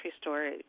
store